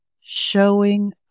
showing